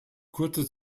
kurze